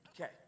Okay